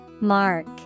Mark